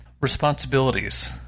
Responsibilities